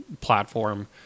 platform